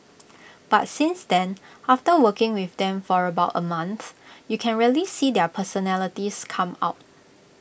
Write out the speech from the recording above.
but since then after working with them for about A month you can really see their personalities come out